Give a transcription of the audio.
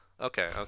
Okay